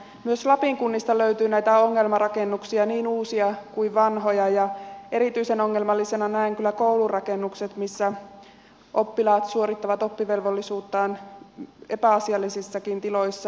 myös lapin kunnista löytyy näitä ongelmarakennuksia niin uusia kuin vanhoja ja erityisen ongelmallisena näen kyllä koulurakennukset missä oppilaat suorittavat oppivelvollisuuttaan epäasiallisissakin tiloissa